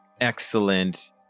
excellent